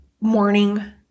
morning